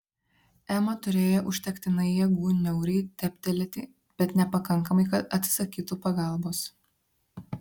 ema turėjo užtektinai jėgų niauriai dėbtelėti bet nepakankamai kad atsisakytų pagalbos